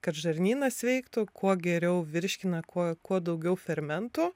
kad žarnynas veiktų kuo geriau virškina kuo kuo daugiau fermentų